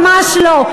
אנחנו ממש לא.